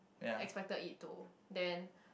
expected it to then